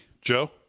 Joe